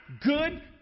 good